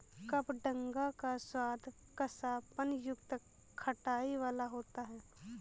कबडंगा का स्वाद कसापन युक्त खटाई वाला होता है